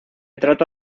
trata